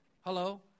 Hello